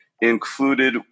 included